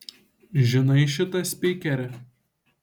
žinai šitą spykerį